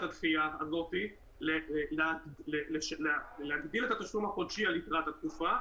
הדחיה הזאת להגדיל את התשלום החודשי על יתרת התקופה,